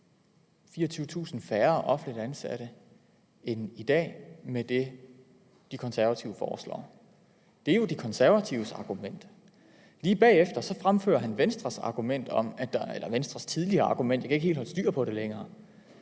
24.000 færre offentligt ansatte end i dag med det, De Konservative foreslår. Det er jo De Konservatives argument. Lige bagefter fremfører han Venstres argument – eller Venstres tidligere argument, jeg kan ikke helt holde styr på det længere